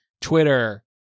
Twitter